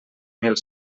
mil